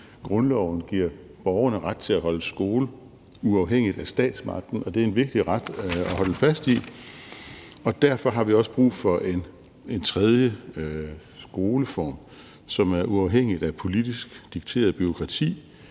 grundloven giver borgerne ret til at holde skole uafhængigt af statsmagten. Det er en vigtig ret at holde fast i, og derfor har vi også brug for en tredje skoleform, som er uafhængig af politisk dikteret bureaukrati,